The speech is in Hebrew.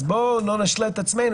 אז בואו לא נשלה את עצמנו,